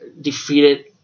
defeated